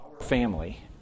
family